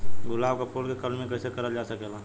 गुलाब क फूल के कलमी कैसे करल जा सकेला?